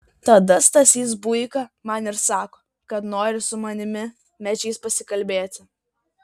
tada stasys buika man ir sako kad nori su manimi mečys pasikalbėti